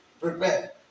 Prepare